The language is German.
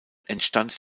entstand